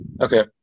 okay